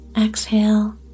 Exhale